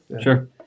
sure